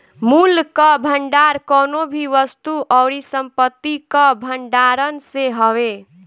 मूल्य कअ भंडार कवनो भी वस्तु अउरी संपत्ति कअ भण्डारण से हवे